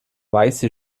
weiße